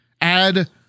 add